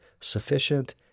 sufficient